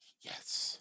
Yes